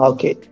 Okay